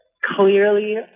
clearly